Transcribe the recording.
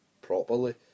properly